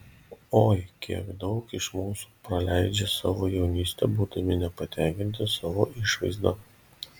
oi kiek daug iš mūsų praleidžia savo jaunystę būdami nepatenkinti savo išvaizda